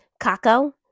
Kako